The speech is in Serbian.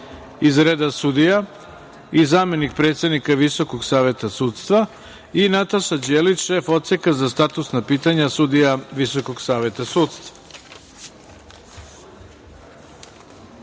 iz reda sudija i zamenik predsednika Visokog saveta sudstva i Nataša Đelić, šef odseka za statusna pitanja sudija visokog saveta sudstva. Primili